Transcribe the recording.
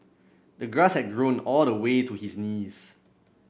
the grass had grown all the way to his knees